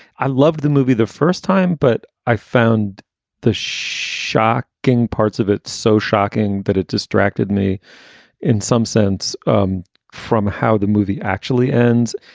i loved the movie the first time, but i found the shocking parts of it so shocking that it distracted me in some sense um from how the movie actually ends.